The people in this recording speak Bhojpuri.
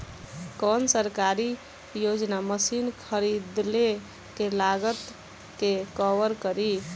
कौन सरकारी योजना मशीन खरीदले के लागत के कवर करीं?